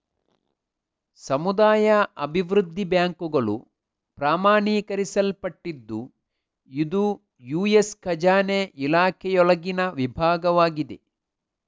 ಸಮುದಾಯ ಅಭಿವೃದ್ಧಿ ಬ್ಯಾಂಕುಗಳು ಪ್ರಮಾಣೀಕರಿಸಲ್ಪಟ್ಟಿದ್ದು ಇದು ಯು.ಎಸ್ ಖಜಾನೆ ಇಲಾಖೆಯೊಳಗಿನ ವಿಭಾಗವಾಗಿದೆ